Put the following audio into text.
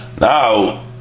Now